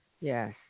Yes